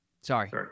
Sorry